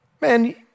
Man